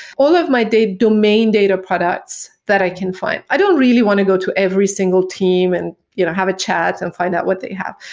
all of my domain data products that i can find. i don't really want to go to every single team and you know have a chat and find out what they have.